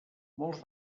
molts